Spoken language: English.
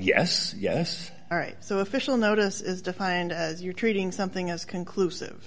yes yes so official notice is defined as you're treating something as conclusive